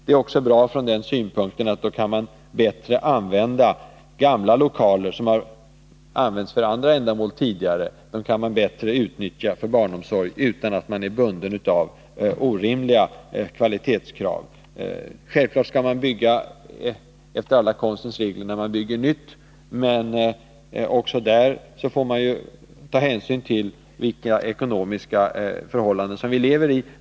Det är bra också från den synpunkten att då kan man utan att vara bunden av orimliga kvalitetskrav bättre utnyttja gamla lokaler för barnomsorg, lokaler som tidigare använts för andra ändamål. Självfallet skall man bygga efter alla konstens regler när man bygger nytt, men också då får man ta hänsyn till de ekonomiska förhållanden som vi lever i.